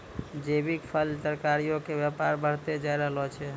जैविक फल, तरकारीयो के व्यापार बढ़तै जाय रहलो छै